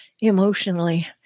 emotionally